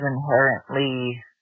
inherently